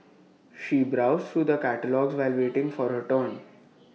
she browsed through the catalogues while waiting for her turn